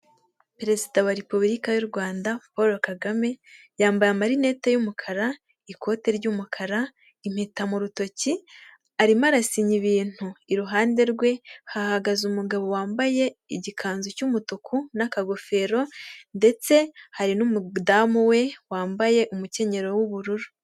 Perezida wa repubulika y'u rwanda paul kagame yambaye amarinete y'umukara ikote ry'umukara impeta mu rutoki arimo arasinya ibintu iruhande rwe hahagaze umugabo wambaye igikanzu cy'umutuku n'akagofero ndetse hari n'umudamu we wambaye umukenyerero w'ubururu.